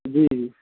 جی جی